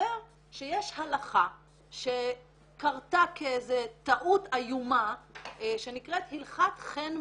מסתבר שיש הלכה שקרתה כאיזו טעות איומה שנקראת: הלכת חן מענית.